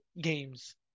games